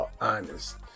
honest